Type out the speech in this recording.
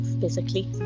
physically